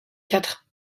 quatre